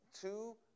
two